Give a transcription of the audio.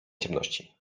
ciemności